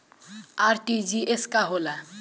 RTGS का होला?